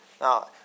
Now